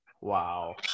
Wow